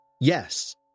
Yes